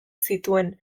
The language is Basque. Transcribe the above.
zituen